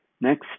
Next